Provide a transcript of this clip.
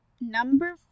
Number